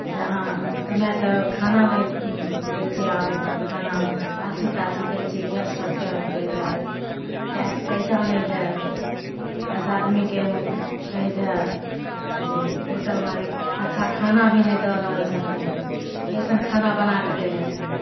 जे अहाँ समय सऽ खाना नहि दै छियै अहाँ खाना बासी तासी दै छियै गेस्ट सभके हम कहि देब कैश पैसा नहि देब दश आदमीके हम कहि देब जे होटल मालिक अच्छा खाना भी नहि दऽ रहल छथिन कैसन खाना बनाके दै हथिन